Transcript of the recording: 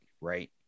right